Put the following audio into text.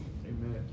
Amen